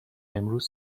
امروز